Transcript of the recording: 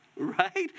Right